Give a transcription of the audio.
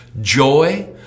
joy